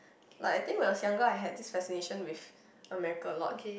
like I think when I was younger I had this fascination with America lord